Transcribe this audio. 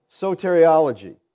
soteriology